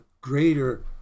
greater